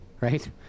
right